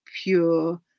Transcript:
pure